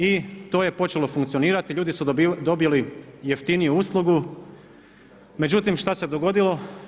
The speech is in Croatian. I to je počelo funkcionirati, ljudi su dobili jeftiniju uslugu, međutim šta se dogodilo?